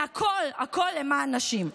והכול, הכול למען הנשים,